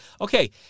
okay